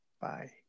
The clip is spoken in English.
bye